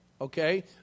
okay